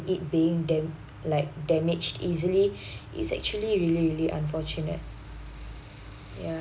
it being then like damaged easily is actually really really unfortunate ya